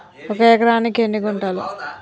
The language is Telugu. ఒక ఎకరానికి ఎన్ని గుంటలు?